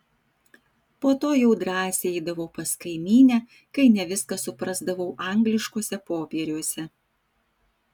po to jau drąsiai eidavau pas kaimynę kai ne viską suprasdavau angliškuose popieriuose